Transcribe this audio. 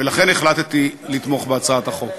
ולכן החלטתי לתמוך בהצעת החוק.